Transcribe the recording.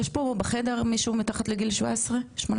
יש פה בחדר מישהו מתחת לגיל 17-18?